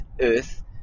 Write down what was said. earth